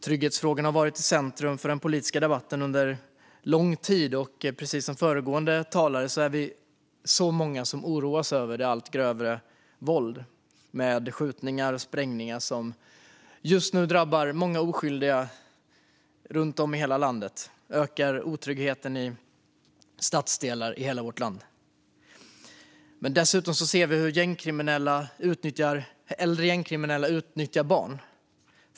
Trygghetsfrågorna har varit i centrum för den politiska debatten under lång tid, och precis som föregående talare sa är vi många som oroas över hur det allt grövre våldet med skjutningar och sprängningar just nu drabbar många oskyldiga och ökar otryggheten i stadsdelar över hela vårt land. Dessutom ser vi hur äldre gängkriminella utnyttjar barn.